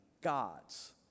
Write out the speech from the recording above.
gods